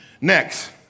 Next